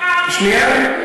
אז למה מעלים את שכר המינימום?